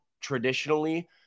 traditionally